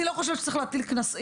אני לא חושבת שצריך להטיל קנס.